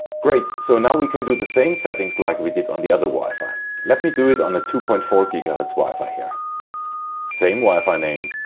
great, so now we can do the same settings like we did on the other wi-fi let me do it on a two point four ghz wi-fi here same wifi name,